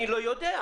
אני לא יודע.